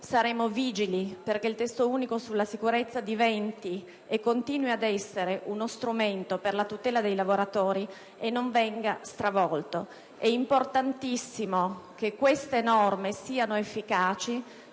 saremo vigili affinché il testo unico sulla sicurezza continui ad essere uno strumento per la tutela dei lavoratori e non venga stravolto. È importantissimo che queste norme siano efficaci,